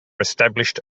established